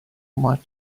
much